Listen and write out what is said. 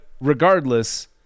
regardless